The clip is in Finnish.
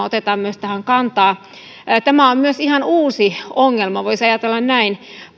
otetaan tähän kantaa tämä on myös ihan uusi ongelma voisi ajatella näin